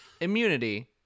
immunity